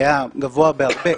היה גבוה בהרבה,